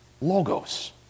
logos